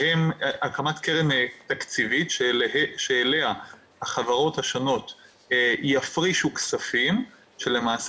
קרן תקציבית שאליה החברות השונות יפרישו כספים כשלמעשה